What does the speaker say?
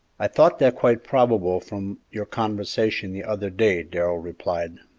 i thought that quite probable from your conversation the other day, darrell replied.